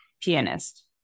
pianist